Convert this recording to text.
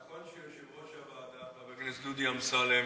נכון שיושב-ראש הוועדה חבר הכנסת דודי אמסלם